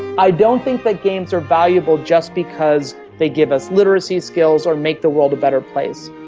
i don't think that games are valuable just because they give us literacy skills or make the world a better place.